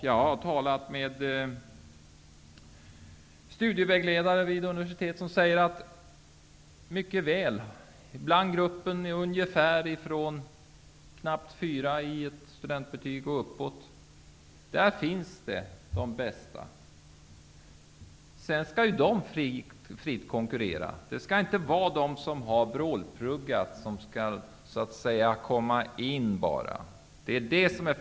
Jag har talat med studievägledare vid universitet som säger att de bästa studenterna finns i gruppen som har ett medelbetyg på knappt 4 eller högre. Sedan skall de fritt konkurrera. Det skall inte vara bara de som har vrålpluggat som skall komma in på en utbildning.